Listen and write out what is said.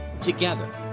together